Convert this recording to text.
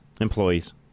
Employees